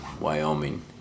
Wyoming